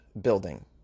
building